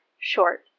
short